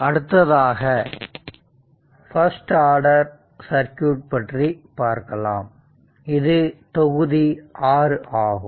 அடுத்ததாக first order circuit பற்றி பார்க்கலாம் இது தொகுதி 6 ஆகும்